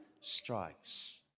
strikes